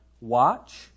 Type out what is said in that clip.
Watch